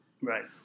Right